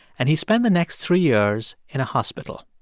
and he spent the next three years in a hospital.